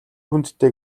хүндтэй